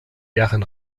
deren